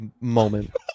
moment